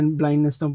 blindness